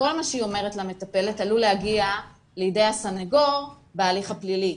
שכל מה שהיא אומרת למטפלת עלול להגיע לידי הסניגור בהליך הפלילי.